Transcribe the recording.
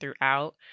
throughout